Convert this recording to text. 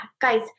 guys